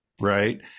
right